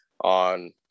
on